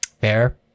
Fair